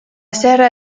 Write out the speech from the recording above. serra